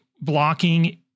blocking